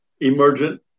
emergent